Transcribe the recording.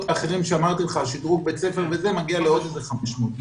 האחרים של שדרוג בית הספר מגיעים לעוד כ-500 מיליון.